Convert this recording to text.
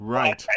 Right